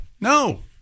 No